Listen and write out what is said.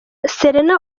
serena